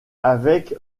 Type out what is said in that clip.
avec